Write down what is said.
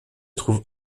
trouve